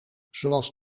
zoals